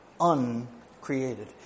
uncreated